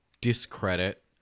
discredit